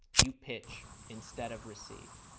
you pitch instead of receive.